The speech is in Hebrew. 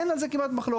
אין על זה כמעט מחלוקת.